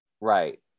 right